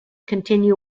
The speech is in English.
continue